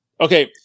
Okay